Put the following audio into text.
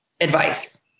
advice